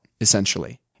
essentially